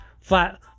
flat